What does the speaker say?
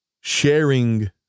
sharing